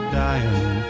dying